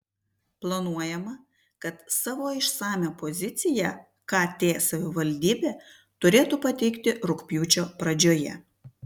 planuojama kad savo išsamią poziciją kt savivaldybė turėtų pateikti rugpjūčio pradžioje